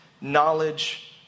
knowledge